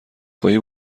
خواهی